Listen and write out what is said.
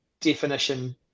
definition